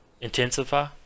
intensify